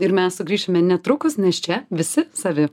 ir mes sugrįšime netrukus nes čia visi savi